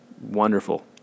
wonderful